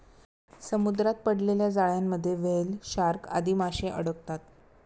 समुद्रात पडलेल्या जाळ्यांमध्ये व्हेल, शार्क आदी माशे अडकतात